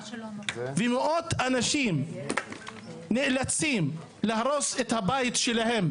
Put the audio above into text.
ומאות אנשים נאלצים להרוס את הבית שלהם,